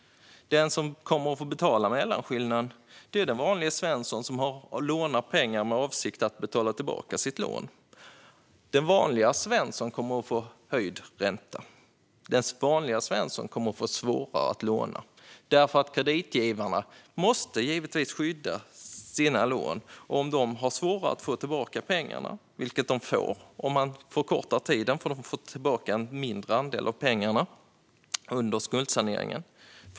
Den som får betala mellanskillnaden är den vanliga Svensson som har lånat pengar med avsikt att betala tillbaka sitt lån. Den vanliga Svensson kommer att få höjd ränta. Den vanliga Svensson kommer att få svårare att låna. Kreditgivarna måste givetvis skydda sina lån, och det blir svårare för dem att få tillbaka pengarna om man förkortar tiden. De får då tillbaka en mindre andel av pengarna under skuldsaneringen.